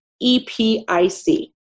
E-P-I-C